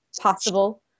possible